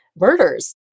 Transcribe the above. murders